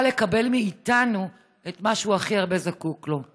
לקבל מאיתנו את מה שהוא זקוק לו הכי הרבה.